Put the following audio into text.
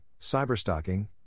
cyberstalking